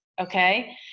okay